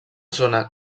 zona